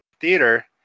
theater